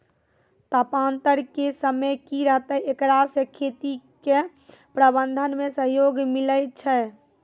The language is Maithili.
तापान्तर के समय की रहतै एकरा से खेती के प्रबंधन मे सहयोग मिलैय छैय?